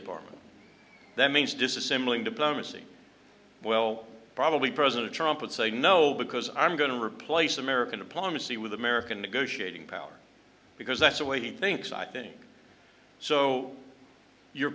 department that means disassembling diplomacy well probably president trumpet say no because i'm going to replace american diplomacy with american negotiating power because that's the way he thinks i think so your